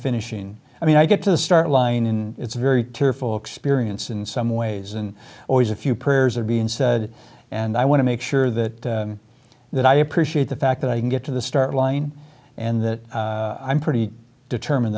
finishing i mean i get to the start line in it's very tearful experience in some ways and always a few prayers are being said and i want to make sure that that i appreciate the fact that i can get to the start line and that i'm pretty determined